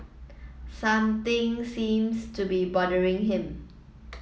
something seems to be bothering him